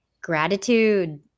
gratitude